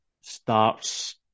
starts